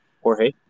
Jorge